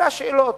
אלה השאלות.